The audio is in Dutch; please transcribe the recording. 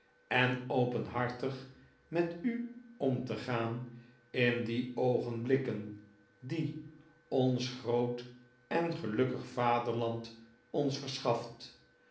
en openhartig met u om te gaan in die oogenblikken die ons groot en gelukkig vaderland ons verschaft